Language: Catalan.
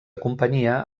companyia